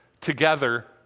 together